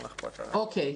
(היו"ר אורלי פרומן, 10:32) אוקיי.